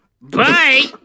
Bye